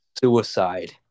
Suicide